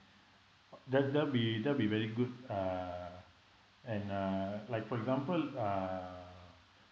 oh that that'll be that'll be very good uh and uh like for example uh